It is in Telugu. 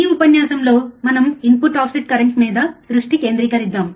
ఈ ఉపన్యాసంలో మనం ఇన్పుట్ ఆఫ్సెట్ కరెంట్ మీద దృష్టి కేంద్రీకరిద్దాం